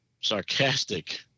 sarcastic